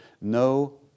no